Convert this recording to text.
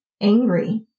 angry